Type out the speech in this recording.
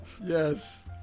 Yes